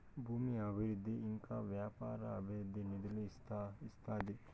భూమి అభివృద్ధికి ఇంకా వ్యాపార అభివృద్ధికి నిధులు ఇస్తాది